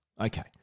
Okay